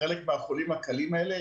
חלק מהחולים הקלים האלה,